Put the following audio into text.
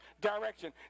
direction